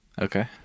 Okay